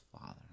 father